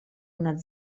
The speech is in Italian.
una